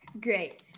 Great